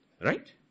Right